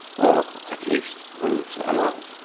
or at least moves along.